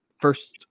First